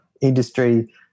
industry